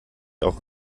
auch